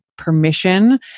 Permission